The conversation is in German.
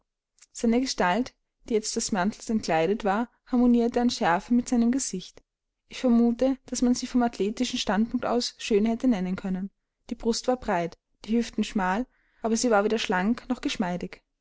seine gestalt die jetzt des mantels entkleidet war harmonierte an schärfe mit seinem gesicht ich vermute daß man sie vom athletischen standpunkt aus schön hätte nennen können die brust war breit die hüften schmal aber sie war weder schlank noch geschmeidig